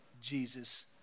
Jesus